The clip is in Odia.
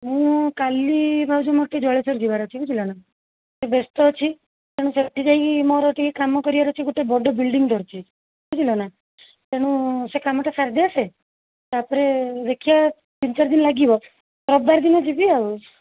ମୁଁ କାଲି ଭାଉଜ ମୋର ଟିକେ ଜଳେଶ୍ୱର ଯିବାର ଅଛି ବୁଝିଲ ନା ବ୍ୟସ୍ତ ଅଛି ତେଣୁ ସେଠି ଯାଇକି ମୋର ଟିକେ କାମ କରିବାର ଅଛି ଗୋଟେ ବଡ଼ ବିଲ୍ଡିଂ ଧରିଛି ବୁଝିଲ ନା ତେଣୁ ସେ କାମଟା ସାରିଦେଇ ଆସେ ତା'ପରେ ଦେଖିବା ତିନି ଚାରି ଦିନ ଲାଗିବ ରବିବାର ଦିନ ଯିବି ଆଉ